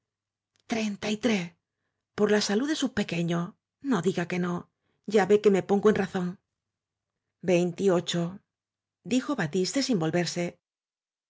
treinta y tres por la salú de su pequeño no diga que no ya vé que me pongo en razón veintiochodijo batiste sin volverse